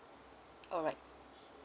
alright